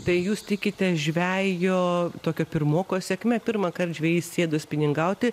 tai jūs tikite žvejo tokio pirmoko sėkme pirmąkart žvejys sėdo spiningauti